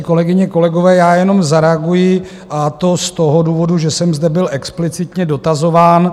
Kolegyně, kolegové, jenom zareaguji, a to z toho důvodu, že jsem zde byl explicitně dotazován.